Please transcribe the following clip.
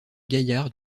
gaillard